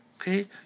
okay